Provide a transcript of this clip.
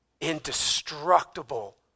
indestructible